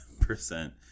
percent